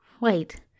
Wait